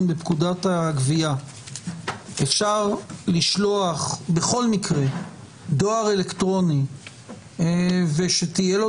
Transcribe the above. בפקודת הגבייה אפשר לשלוח בכל מקרה דואר אלקטרוני שתהיה לו